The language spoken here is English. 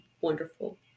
wonderful